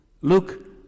Look